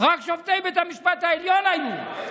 רק שופטי בית המשפט העליון היו,